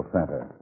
Center